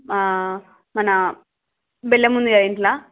ఆ మన బెల్లం ఉంది కదా ఇంట్లా